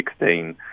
2016